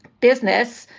business,